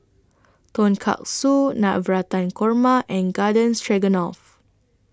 Tonkatsu Navratan Korma and Garden Stroganoff